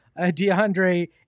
DeAndre